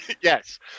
Yes